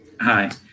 Hi